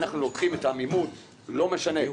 אנחנו לוקחים את המימון לא משנה,